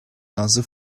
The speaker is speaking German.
nase